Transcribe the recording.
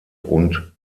und